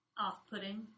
off-putting